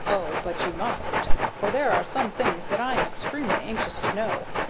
oh, but you must for there are some things that i am extremely anxious to know.